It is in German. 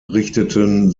richteten